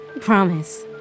Promise